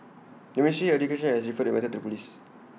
the ministry education has referred the whether to the Police